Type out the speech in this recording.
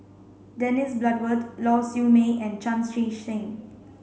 Dennis Bloodworth Lau Siew Mei and Chan Chee Seng